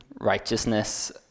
righteousness